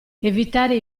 evitare